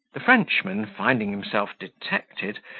the frenchman, finding himself detected,